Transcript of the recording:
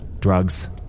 Drugs